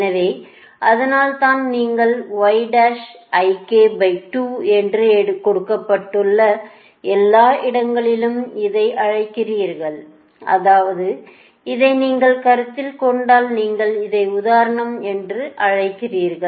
எனவே அதனால்தான் நீங்கள் என்று கொடுக்கப்பட்ட எல்லா இடங்களிலும் இதை அழைக்கிறீர்கள் அதாவது இதை நீங்கள் கருத்தில் கொண்டால் நீங்கள் இதை உதாரணம் என்று அழைக்கிறீர்கள்